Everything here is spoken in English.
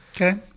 Okay